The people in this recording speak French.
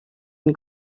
une